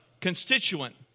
constituent